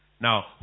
Now